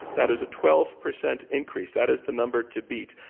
that is a twelve percent increase that is the number to beat.